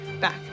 back